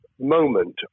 moment